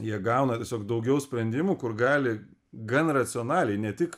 jie gauna tiesiog daugiau sprendimų kur gali gan racionaliai ne tik